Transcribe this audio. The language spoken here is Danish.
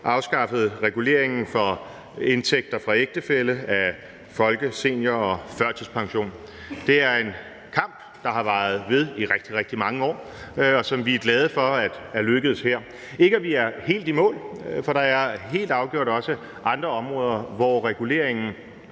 afskaffet reguleringen for indtægter fra ægtefælle af folke-, senior- og førtidspension. Det er en kamp, der har varet ved i rigtig, rigtig mange år, og som vi er glade for er lykkedes her. Det er ikke sådan, at vi er helt i mål, for der er helt afgjort også andre områder, hvor reguleringen